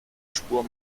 spur